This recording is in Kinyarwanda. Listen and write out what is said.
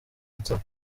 ansaba